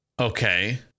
Okay